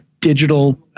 digital